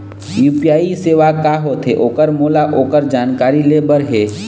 UPI सेवा का होथे ओकर मोला ओकर जानकारी ले बर हे?